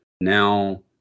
Now